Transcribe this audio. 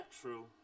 true